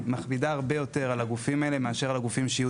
היא מכבידה הרבה יותר על הגופים האלה מאשר הגופים שיהיו